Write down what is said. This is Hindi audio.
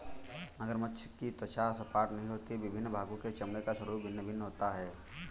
मगरमच्छ की त्वचा सपाट नहीं होती और विभिन्न भागों के चमड़े का स्वरूप भिन्न भिन्न होता है